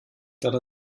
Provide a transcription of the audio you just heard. dann